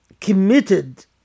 committed